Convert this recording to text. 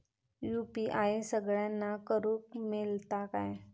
UPI सगळ्यांना करुक मेलता काय?